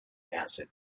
acid